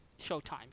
showtime